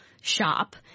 shop